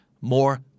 more